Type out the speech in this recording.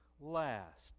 last